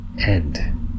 end